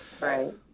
right